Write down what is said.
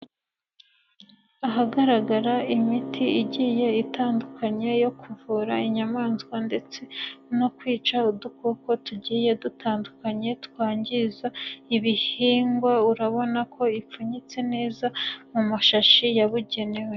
Ahagaragara imiti igiye itandukanye yo kuvura inyamaswa ndetse no kwica udukoko tugiye dutandukanye twangiza ibihingwa, urabona ko ipfunyitse neza mu mashashi yabugenewe.